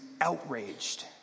outraged